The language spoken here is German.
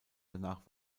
danach